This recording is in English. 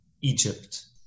Egypt